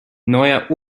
neuer